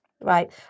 Right